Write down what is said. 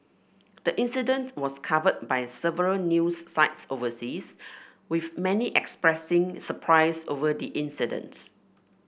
the incident was covered by several news sites overseas with many expressing surprise over the incident